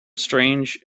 strange